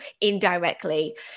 indirectly